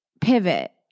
pivot